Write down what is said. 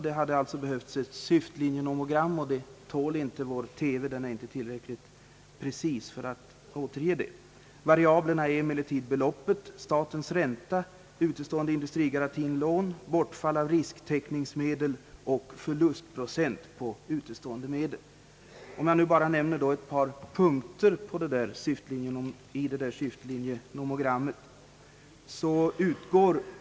Det hade alltså behövts ett syftlinjenomogram, och vår interna TV har inte tillräcklig skärpa för att återge ett sådant. Variablerna är beloppet, statens ränta, utestående industrigarantilån, bortfall av risktäckningsmedel och förlustprocent på utestående medel. Jag kan bara nämna ett par punkter i nomogrammet.